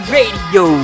Radio